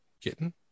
Kitten